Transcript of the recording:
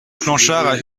planchards